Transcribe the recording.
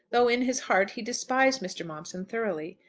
though in his heart he despised mr. momson thoroughly.